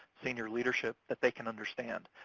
senior leadership, that they can understand.